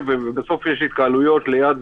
אין שום סיבה שהתקנות והעקרונות לא יובאו,